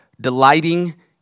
delighting